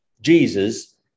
Jesus